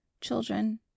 Children